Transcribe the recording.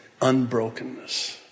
unbrokenness